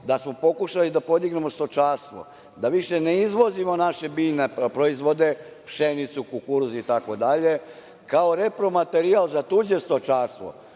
da smo pokušali da podignemo stočarstvo da više ne izvozimo naše biljne proizvode, pšenicu, kukuruz itd, kao repromaterijal za tuđe stočarstvo,